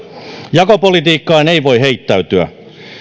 jakopolitiikkaan ei voi heittäytyä